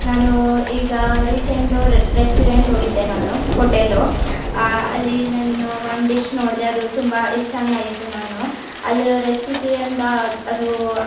ನಾನು ಈಗ recent restaurant ಹೋಗಿದ್ದೆ ನಾನು ಹೋಟೆಲು ಅಲ್ಲಿ ನಾನು ಒಂದು ಡಿಶ್ ನೋಡಿದೆ ಅದು ತುಂಬ ಇಷ್ಟವೇ ಆಯಿತು ನಾನು ಅಲ್ಲಿ ರೆಸಿಪಿ ಅಂತ ಅದು